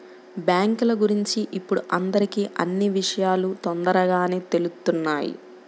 బ్యేంకుల గురించి ఇప్పుడు అందరికీ అన్నీ విషయాలూ తొందరగానే తెలుత్తున్నాయి